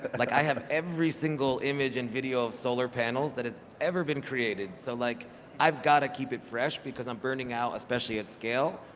and like i have every single image and video of solar panels that has ever been created, so like i've got to keep it fresh because i'm burning out, especially at scale,